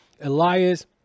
Elias